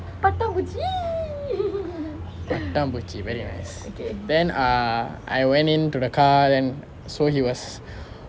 பட்டாம்பூச்சி:pattaampuchi very nice then err I went into the car then so he was